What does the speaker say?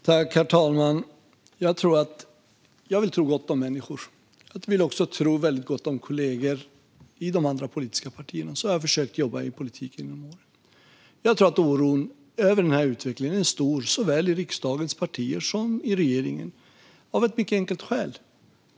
Herr talman! Jag vill tro gott om människor. Jag vill också tro väldigt gott om kollegor i de andra politiska partierna. Så har jag försökt jobba i politiken genom åren. Jag tror att oron över den här utvecklingen är stor såväl i riksdagens partier som i regeringen av ett mycket enkelt skäl.